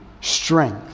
strength